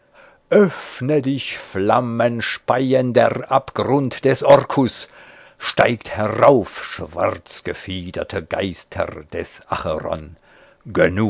öffne dich flammenspeiender abgrund des orkus steigt herauf schwarzgefiederte geister des acheron